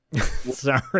Sorry